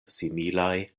similaj